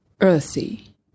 earthy